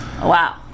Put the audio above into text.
Wow